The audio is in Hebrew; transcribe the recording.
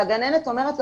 הגננת אומרת לו